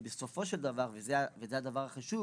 ובסופו של דבר וזה הדבר החשוב